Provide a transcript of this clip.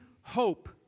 hope